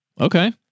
Okay